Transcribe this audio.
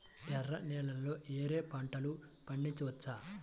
ఎర్ర నేలలలో ఏయే పంటలు పండించవచ్చు?